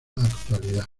actualidad